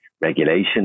regulation